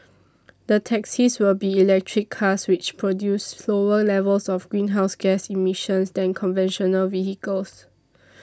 the taxis will be electric cars which produce lower levels of greenhouse gas emissions than conventional vehicles